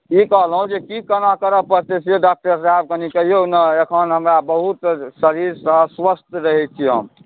ई कहलहुँ जे की कोना करऽ पड़तै जे डाक्टर साहेब की कहिऔ ने एखन हमरा बहुत शरीरसँ अस्वस्थ रहै छी हम